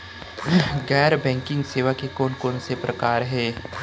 गैर बैंकिंग सेवा के कोन कोन से प्रकार हे?